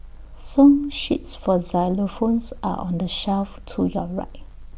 song sheets for xylophones are on the shelf to your right